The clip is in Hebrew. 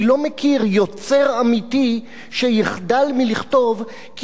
אני לא מכיר יוצר אמיתי שיחדל מלכתוב כי